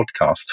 podcast